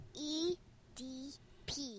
E-D-P